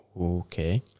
Okay